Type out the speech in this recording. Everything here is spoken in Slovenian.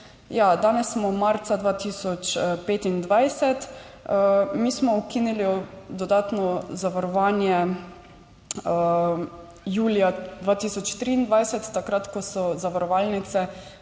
danes smo marca 2025, mi smo ukinili dodatno zavarovanje julija 2023, takrat ko so zavarovalnice